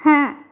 হ্যাঁ